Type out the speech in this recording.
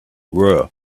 were